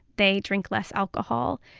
they drink less alcohol.